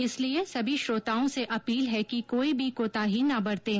इसलिए सभी श्रोताओं से अपील है कि कोई भी कोताही न बरतें